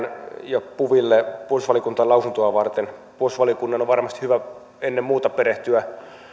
ja puville puolustusvaliokuntaan lausuntoa varten puolustusvaliokunnan on on varmasti hyvä ennen muuta perehtyä